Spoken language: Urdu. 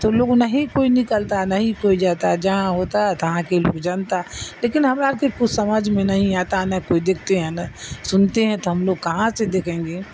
تو لوگ نہیں کوئی نکلتا ہے نہیں کوئی جاتا جہاں ہوتا تو وہاں کے لوگ جانتا لیکن ہمارا کے کچھ سمجھ میں نہیں آتا نہ کوئی دیکھتے ہیں نہ سنتے ہیں تو ہم لوگ کہاں سے دیکھیں گے